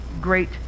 great